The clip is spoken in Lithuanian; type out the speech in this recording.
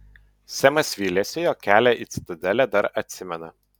semas vylėsi jog kelią į citadelę dar atsimena